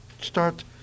start